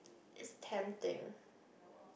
it's tempting